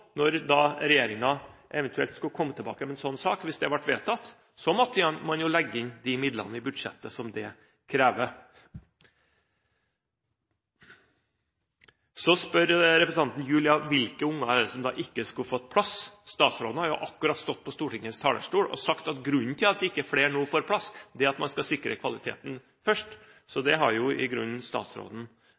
Når regjeringen eventuelt skal komme tilbake med en slik sak – hvis det blir vedtatt – må den legge inn i budsjettet de midlene som dette krever. Så spør representanten Gjul: Hvilke unger er det da som ikke skulle få plass? Statsråden har akkurat stått på Stortingets talerstol og sagt at grunnen til at ikke flere nå får plass, er at man skal sikre kvaliteten først. Så statsråden har jo i grunnen